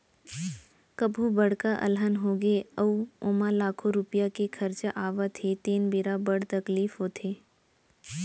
कभू बड़का अलहन होगे अउ ओमा लाखों रूपिया के खरचा आवत हे तेन बेरा बड़ तकलीफ होथे